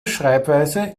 schreibweise